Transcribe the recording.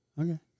Okay